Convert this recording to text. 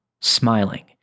smiling